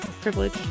privilege